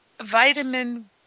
vitamin